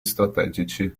strategici